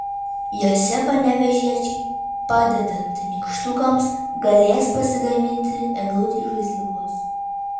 jose panevėžiečiai padedant nykštukams galės pasigaminti eglutei žaisliukus